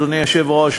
אדוני היושב-ראש,